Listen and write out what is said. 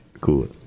Cool